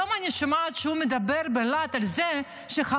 היום אני שומעת שהוא מדבר בלהט על זה שחמאס